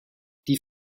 die